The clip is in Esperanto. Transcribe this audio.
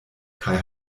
kaj